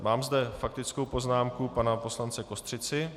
Mám zde faktickou poznámku pana poslance Kostřici.